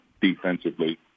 defensively